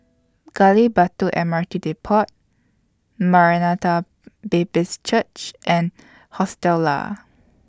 Gali Batu M R T Depot Maranatha Baptist Church and Hostel Lah